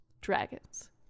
dragons